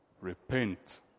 Repent